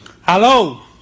hello